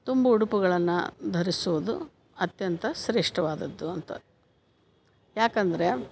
ತುಂಬು ಉಡುಪುಗಳನ್ನು ಧರಿಸುವುದು ಅತ್ಯಂತ ಶ್ರೇಷ್ಠವಾದದ್ದು ಅಂತ ಯಾಕೆಂದರೆ